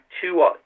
two